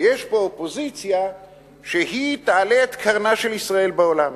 ויש פה אופוזיציה שהיא תעלה את קרנה של ישראל בעולם.